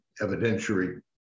evidentiary